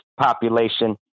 population